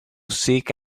seek